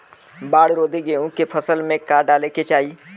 बाढ़ रोधी गेहूँ के फसल में का डाले के चाही?